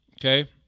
okay